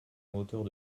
moteurs